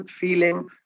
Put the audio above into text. feeling